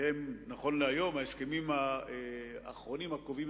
זה הכיסאות והריפודים שהם קיבלו.